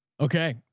Okay